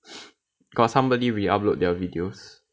got somebody reupload their videos